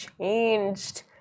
changed